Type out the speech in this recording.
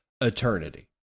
eternity